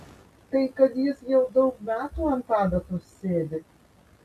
tai kad jis jau daug metų ant adatos sėdi